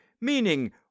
meaning